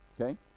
okay